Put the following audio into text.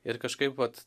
ir kažkaip vat